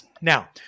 Now